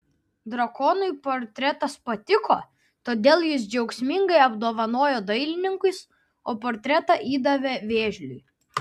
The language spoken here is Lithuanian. drakonui portretas patiko todėl jis džiaugsmingai apdovanojo dailininkus o portretą įdavė vėžliui